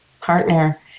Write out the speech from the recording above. partner